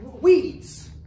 weeds